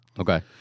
Okay